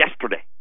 yesterday